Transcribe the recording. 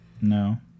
no